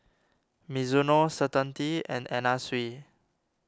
Mizuno Certainty and Anna Sui